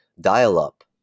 dial-up